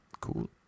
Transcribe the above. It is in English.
cool